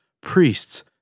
priests